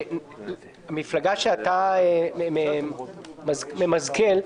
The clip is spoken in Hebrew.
שהמפלגה שאתה ממזכ"ל,